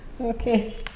Okay